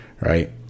right